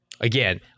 Again